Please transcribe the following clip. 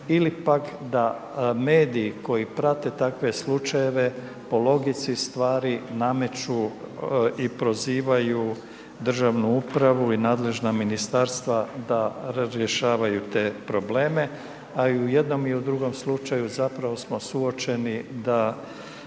ili pak da mediji koji prate takve slučajeve po logici stvari nameću i prozivaju državnu upravu i nadležna Ministarstva da razrješavaju te probleme, a i u jednom i u drugom slučaju zapravo smo suočeni da